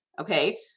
Okay